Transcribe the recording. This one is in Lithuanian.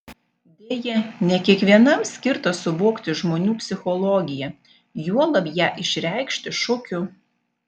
deja ne kiekvienam skirta suvokti žmonių psichologiją juolab ją išreikšti šokiu